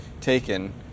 taken